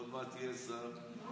עוד מעט יהיה שר,